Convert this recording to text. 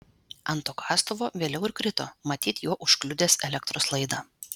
ant to kastuvo vėliau ir krito matyt juo užkliudęs elektros laidą